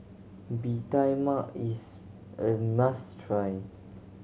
Bee Tai Mak is a must try